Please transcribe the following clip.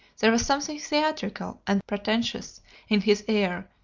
there was something theatrical and pretentious in his air,